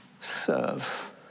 serve